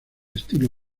estilo